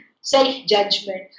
self-judgment